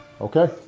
Okay